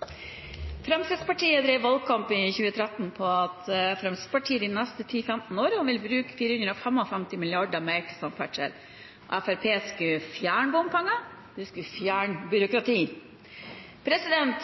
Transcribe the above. samferdsel. Fremskrittspartiet skulle fjerne bompenger, og de skulle fjerne byråkrati.